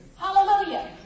Hallelujah